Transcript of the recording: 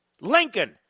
Lincoln